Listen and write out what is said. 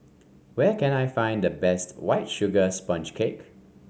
where can I find the best White Sugar Sponge Cake